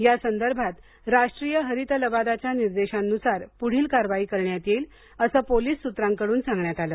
या संदर्भात राष्ट्रीय हरित लवादाच्या निर्देशांनुसार पुढील कारवाई करण्यात येईल असं पोलीस सूत्रांकडून सांगण्यात आलं